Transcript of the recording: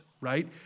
right